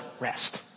rest